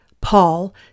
Paul